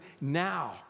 now